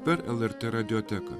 per lrtredioteką